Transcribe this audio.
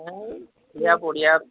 এই বঢ়িয়া বঢ়িয়া